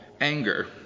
anger